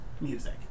music